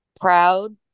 proud